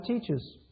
teaches